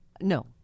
no